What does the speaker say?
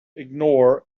ignore